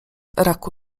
raku